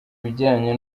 bijyanye